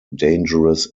dangerous